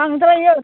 बांद्रायो